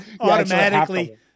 automatically